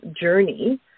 journey